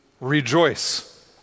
rejoice